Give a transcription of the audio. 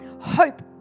hope